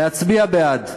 להצביע בעד.